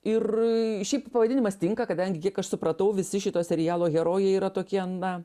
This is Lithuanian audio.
ir šiaip pavadinimas tinka kadangi kiek aš supratau visi šito serialo herojai yra tokie na